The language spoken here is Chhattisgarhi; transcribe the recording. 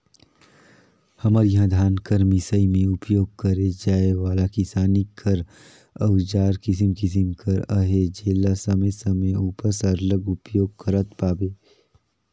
हमर इहा धान कर मिसई मे उपियोग करे जाए वाला किसानी कर अउजार किसिम किसिम कर अहे जेला समे समे उपर सरलग उपियोग करत पाबे